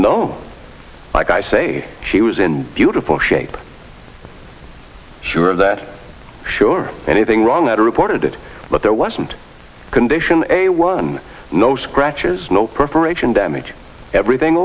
no like i say she was in beautiful shape sure that sure anything wrong i reported it but there wasn't a condition a one no scratches no perforation damage everything